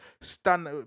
stand